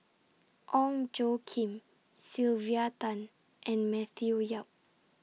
Ong Tjoe Kim Sylvia Tan and Matthew Yap